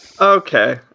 Okay